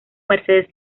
mercedes